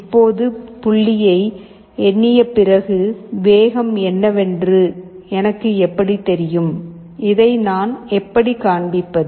இப்போது புள்ளியை எண்ணிய பிறகு வேகம் என்னவென்று எனக்கு எப்படித் தெரியும் இதை நான் எப்படி காண்பிப்பது